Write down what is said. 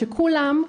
שכולם,